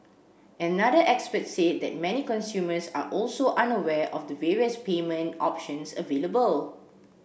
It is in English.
another expert said that many consumers are also unaware of the various payment options available